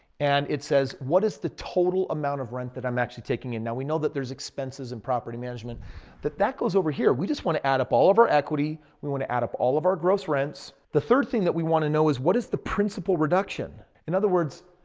and it says what is the total amount of rent that i'm actually taking in. now, we know that there's expenses in property management that that goes over here. we just want to add up all of our equity, we want to add up all of our gross rents. the third thing that we want to know is what is the principal reduction? in other words,